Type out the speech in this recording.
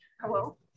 Hello